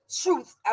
truth